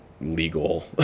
legal